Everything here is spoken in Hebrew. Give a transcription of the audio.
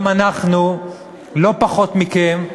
גם אנחנו, לא פחות מכם,